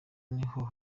niho